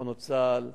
ממחנות צה"ל,